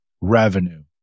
revenue